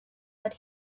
but